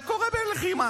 זה קורה בלחימה.